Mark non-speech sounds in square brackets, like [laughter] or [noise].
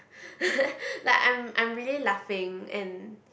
[laughs] like I am I am really laughing and